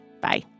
Bye